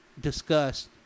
discussed